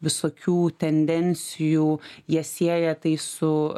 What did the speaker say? visokių tendencijų jie sieja tai su